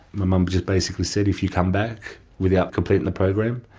my mum just basically said, if you come back without completing the program,